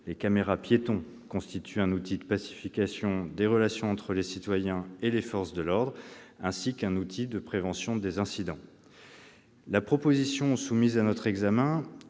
Les caméras-piétons constituent un outil de pacification des relations entre les citoyens et les forces de l'ordre, ainsi qu'un outil de prévention des incidents. La proposition de loi soumise à notre examen